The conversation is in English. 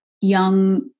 young